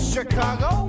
Chicago